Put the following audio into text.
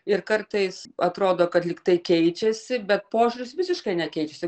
ir kartais atrodo kad lyg tai keičiasi bet požiūris visiškai nekeičiasi